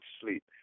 sleep